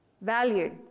Value